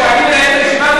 כי אני מנהל את הישיבה,